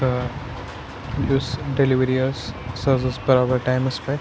تہٕ یُس ڈیٚلِؤری ٲس سۄ حظ ٲس برابر ٹایمَس پٮ۪ٹھ